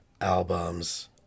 albums